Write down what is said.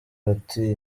bati